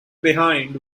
behind